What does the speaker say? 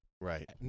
Right